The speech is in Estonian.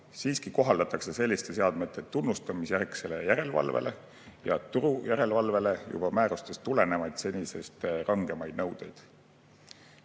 Siiski kohaldatakse selliste seadmete tunnustamisjärgsele järelevalvele ja turujärelevalvele juba määrustest tulenevaid senisest rangemaid nõudeid.